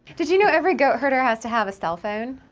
did you know every goat herder has to have a cell phone?